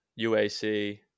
UAC